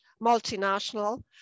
multinational